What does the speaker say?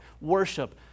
worship